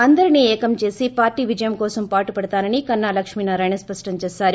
అందరినీ ఏకం చేసి పార్షీ విజయం కోసం పాటుపడతానని కన్నా లక్ష్మీనారాయణ స్పష్టం చేశారు